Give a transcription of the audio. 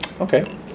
Okay